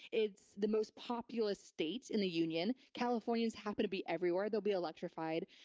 it's the most populous state in the union. californians happen to be everywhere. they'll be electrified.